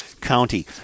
County